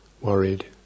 worried